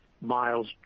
miles